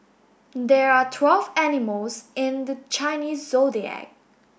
there are twelve animals in the Chinese Zodiac